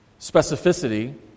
specificity